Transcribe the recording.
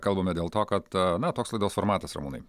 kalbame dėl to kad ta na toks laidos formatas ramūnai